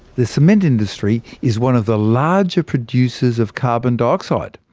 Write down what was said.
the cement industry is one of the larger producers of carbon dioxide,